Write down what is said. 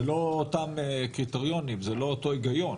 זה לא אותם קריטריונים, זה לא אותו הגיון.